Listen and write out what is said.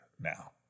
now